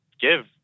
give